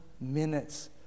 minutes